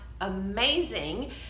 amazing